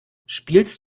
spielst